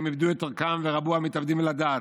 הם איבדו את ערכם ורבו המתאבדים לדעת.